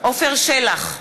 עפר שלח,